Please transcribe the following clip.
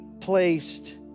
placed